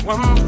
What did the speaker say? One